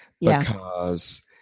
because-